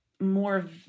more